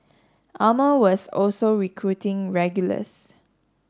armour was also recruiting regulars